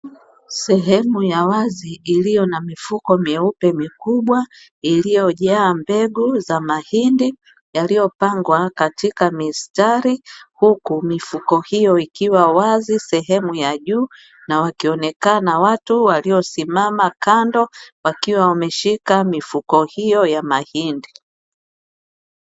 Sehemu ya wazi iliyo na mifuko meupe mikubwa iliyojaa mbegu za mahindi yalipagwa katika mistari, huku mifuko hiyo ikiwa wazi sehemu ya juu na wakionekana watu waliosimama kando wakiwa wameshika mifuko hiyo ya mahindi.